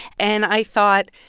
and i thought,